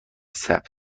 ثبت